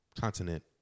continent